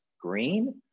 green